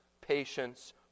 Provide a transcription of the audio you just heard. patience